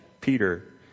Peter